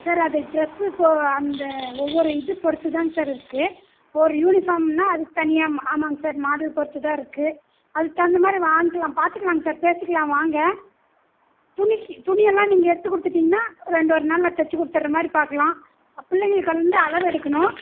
sir அது dress இப்போ அந்த ஒவ்வொரு இது பொறுத்துதாங்க சார் இருக்குது ஒரு யூனிஃபார்ம்னா அதுக்கு தனியாக ஆமாங்க சார் மாடல் பொறுத்துதான் இருக்குது அதுக்கு தகுந்தமாதிரி வாங்கிக்கலாம் பாத்துக்கலாங்க சார் பேசிக்கலாம் வாங்க துணிக்கு துணியெல்லாம் நீங்கள் எடுத்து கொடுத்துட்டிங்ன்னா ரெண்டு ஒரு நாளில் தைச்சி கொடுத்துட்ற மாதிரி பார்க்கலாம் பிள்ளைங்களுக்கு வந்து அளவு எடுக்கணும்